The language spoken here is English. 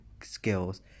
skills